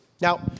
Now